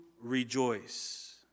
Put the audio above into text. rejoice